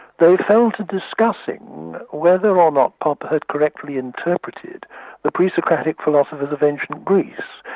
they fell to discussing whether or not popper had correctly interpreted the pre-socratic philosophers of ancient greece.